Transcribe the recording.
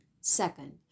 Second